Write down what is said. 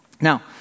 Now